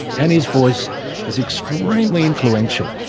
and his voice is extremely influential.